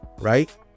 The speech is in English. right